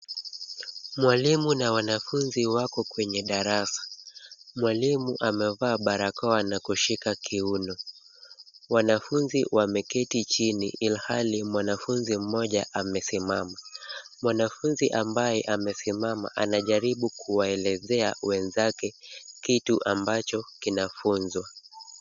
Mwalimu na wanafunzi wako kwenye darasa. Mwalimu amevaa barakoa na kushika kiuno. Wanafunzi wameketi chini ilhali mwanafunzi mmoja amesimama. Mwanafunzi ambaye amesimama anajaribu kuwaelezea wenzake, kitu ambacho kinafunzwa.